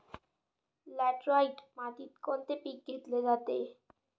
Laterite मातीत कोणते पीक घेतले जाते?